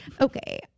Okay